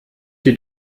die